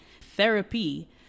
Therapy